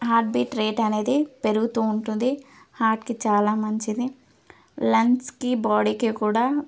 heart beat rate అనేది పెరుగుతూ ఉంటుంది హార్ట్కి చాలా మంచిది లంగ్స్కి బాడీకి కూడా